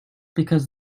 because